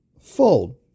fold